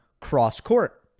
cross-court